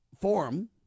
Forum